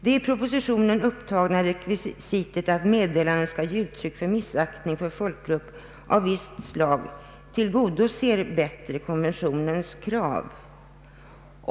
Det i propositionen upptagna rekvisitet att meddelandet i fråga skall ge uttryck för missaktning av folkgrupp av visst slag tillgodoser bättre konventionens krav.